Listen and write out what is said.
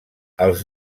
els